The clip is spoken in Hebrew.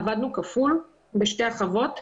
עבדנו כפול בשתי החוות,